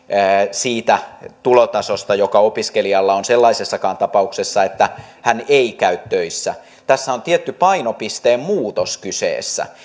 siitä tulotasosta joka opiskelijalla on sellaisessakaan tapauksessa että hän ei käy töissä tässä on tietty painopisteen muutos kyseessä